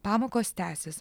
pamokos tęsis